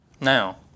Now